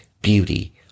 Beauty